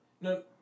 No